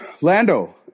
lando